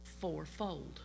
fourfold